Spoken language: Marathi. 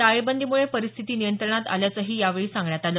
टाळेबंदीमुळे परिस्थिती नियंत्रणात आल्याचंही यावेळी सांगण्यात आलं